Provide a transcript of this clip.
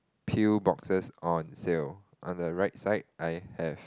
peel boxes on sale on the right side I have